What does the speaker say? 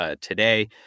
today